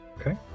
okay